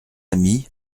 amis